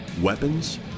weapons